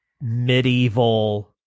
medieval